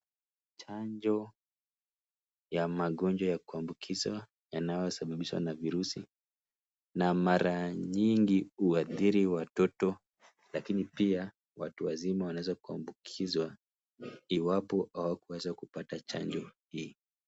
Chanjo ya magonjwa ya kuambukiza yanayosabababishwa na virusi na mara nyingi huadhiri watoto lakini pia watu wazima wanaweza kuambukizwa iwapo hawakuweza kupata chanjo hii